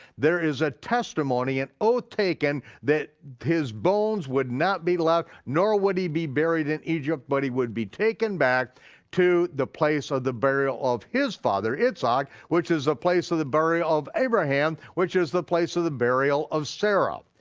there is a testimony, an oath taken that his bones would not be left, nor would he be buried in egypt, but he would be taken back to the place of the burial of his father, yitzhak, which is the place of the burial of abraham, which is the place of the burial of sarah.